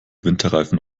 winterreifen